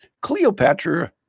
Cleopatra